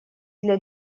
для